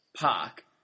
park